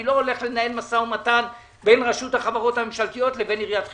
אני לא הולך לנהל משא ומתן בין רשות החברות הממשלתיות לבין עיריית חיפה.